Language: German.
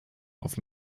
auf